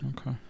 Okay